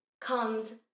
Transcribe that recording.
comes